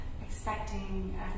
expecting